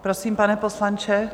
Prosím, pane poslanče.